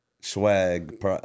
swag